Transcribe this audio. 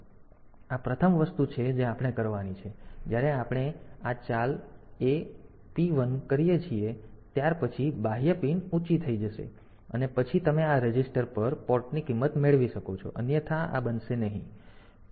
તેથી આ પ્રથમ વસ્તુ છે જે આપણે કરવાની છે તેથી જ્યારે આપણે આ ચાલ A P1 કરીએ છીએ ત્યારે પછી બાહ્ય પિન ઊંચી થઈ જશે અને પછી તમે આ રજિસ્ટર પર આ પોર્ટની કિંમત મેળવી શકો છો અન્યથા આ બનશે નહીં